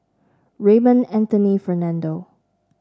Raymond Anthony Fernando